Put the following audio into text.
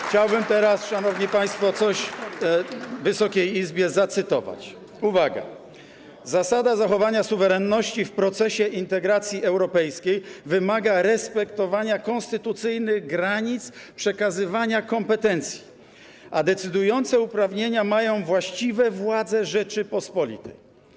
Chciałbym teraz, szanowni państwo, coś Wysokiej Izbie zacytować, uwaga: Zasada zachowania suwerenności w procesie integracji europejskiej wymaga respektowania konstytucyjnych granic przekazywania kompetencji, a decydujące uprawnienia mają właściwe władze Rzeczypospolitej.